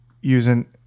using